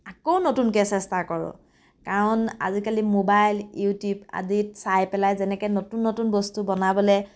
আকৌ নতুনকৈ চেষ্টা কৰোঁ কাৰণ আজিকালি ম'বাইল ইউটিউব আদিত চাই পেলাই যেনেকৈ নতুন নতুন বস্তু বনাবলৈ